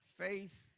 Faith